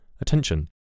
attention